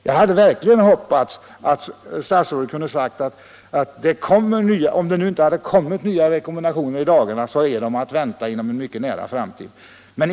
Jag hade verkligen hoppats att statsrådet kunnat meddela att om det nu inte kommit nya rekommendationer i dagarna så skulle de vara att vänta inom en mycket nära framtid.